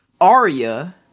Arya